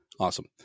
Awesome